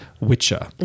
witcher